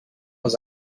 was